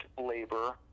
labor